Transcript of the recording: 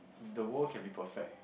the world can be perfect